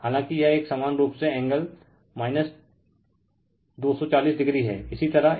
हालाकिं यह Vcn एक समान रूप से एंगल 240o हैं इसी तरह 120o कह सकते हैं